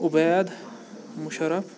اُبید مُشَرَف